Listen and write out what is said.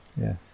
Yes